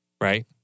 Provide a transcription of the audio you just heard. right